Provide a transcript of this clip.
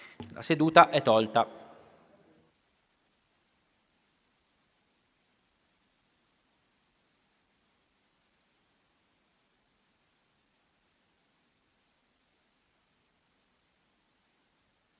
La seduta è tolta